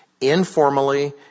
informally